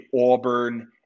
auburn